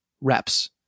reps